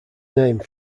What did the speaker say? name